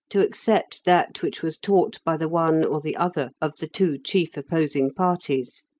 to accept that which was taught by the one or the other of the two chief opposing parties.